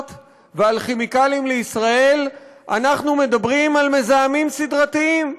ועל כימיקלים לישראל אנחנו מדברים על מזהמים סדרתיים,